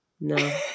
No